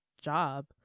job